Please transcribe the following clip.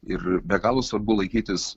ir be galo svarbu laikytis